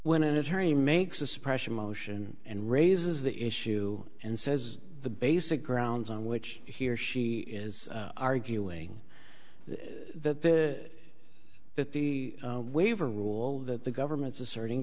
when an attorney makes a suppression motion and raises the issue and says the basic grounds on which he or she is arguing that the that the waiver rule that the government's asserting